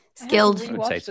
skilled